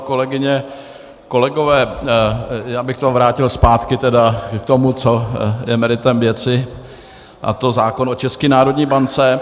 Kolegyně, kolegové, já bych se vrátil zpátky k tomu, co je meritem věci, a to je zákon o České národní bance.